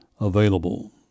available